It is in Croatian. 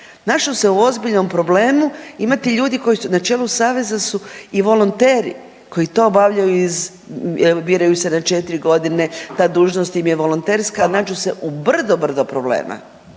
našao se u ozbiljnom problemu, imate ljudi koji su, na čelu saveza su i volonteri koji to obavljaju iz, biraju se na 4.g., ta dužnost im je volonterska, al nađu se u brdo, brdo problema.